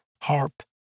HARP